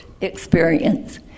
experience